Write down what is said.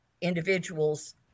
individuals